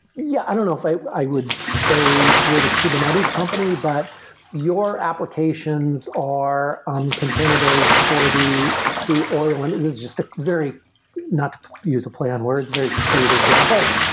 yeah. i don't know if i i would say we're the kubernetes company, but your applications are on container-based for the the oil, and it's it's just a very not to use a play on words, very crude example.